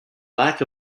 lack